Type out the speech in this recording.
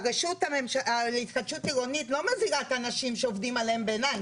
שהרשות להתחדשות עירונית לא מזהירה את האנשים שעובדים עליהם בעיניים,